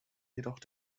jedoch